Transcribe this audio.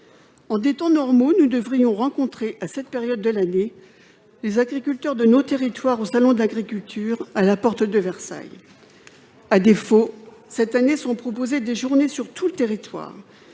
En des temps normaux, nous devrions rencontrer, à cette période de l'année, les agriculteurs de nos territoires au salon de l'agriculture, à la porte de Versailles. À défaut, cette année sont proposées des journées sur tout le territoire